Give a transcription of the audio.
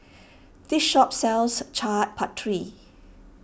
this shop sells Chaat Papri